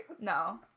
No